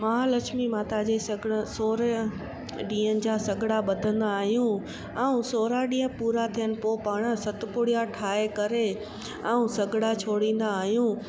महालक्ष्मी माता जे सॻिड़ा सोरहां ॾींहनि जा सॻिड़ा ॿधंदा आहियूं ऐं सोरहां ॾींहं पूरा थियनि पोइ पाण सतपुड़या ठाहे करे ऐं सॻिड़ा छोड़ींदा आहियूं